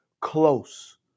close